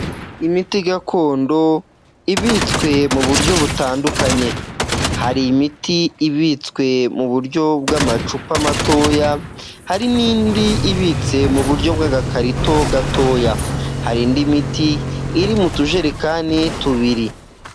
Imiti gakondo ibitswe mu buryo butandukanye, hari imiti ibitswe mu buryo bw'amacupa matoya, hari n'indi ibitse mu buryo bw'agakarito gatoya. Hari indi miti iri mu tujerekani tubiri.